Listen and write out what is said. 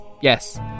Yes